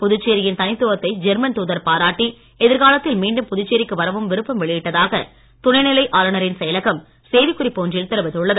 புதுச்சேரியின் தனித்துவத்தை ஜெர்மன் தூதர் பாராட்டி எதிர்காலத்தில் மீண்டும் புதுச்சேரிக்கு வரவும் விருப்பம் வெளியிட்டதாக துணைநிலை ஆளுநரின் செயலகம் செய்தி குறிப்பு ஒன்றில் தெரிவித்துள்ளது